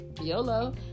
yolo